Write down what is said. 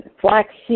flaxseed